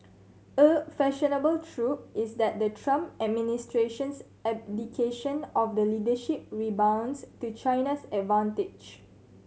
a fashionable trope is that the Trump administration's abdication of the leadership rebounds to China's advantage